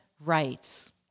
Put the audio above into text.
rights